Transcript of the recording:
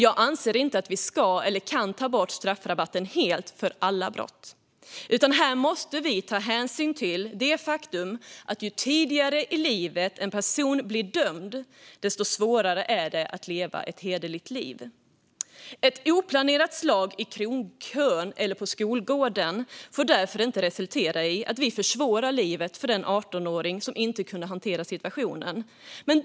Jag anser inte att vi ska eller kan ta bort straffrabatten helt för alla brott, utan här måste vi ta hänsyn till det faktum att det är svårare för en person att leva ett hederligt liv ju tidigare i livet personen blir dömd. Ett oplanerat slag i krogkön eller på skolgården får därför inte resultera i att vi försvårar livet för den 18-åring som inte kunde hantera situationen.